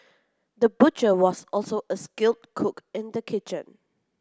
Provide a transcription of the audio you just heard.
the butcher was also a skilled cook in the kitchen